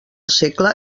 segle